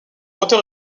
hauteur